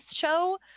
show